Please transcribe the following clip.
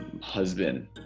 husband